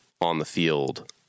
on-the-field